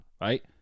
Right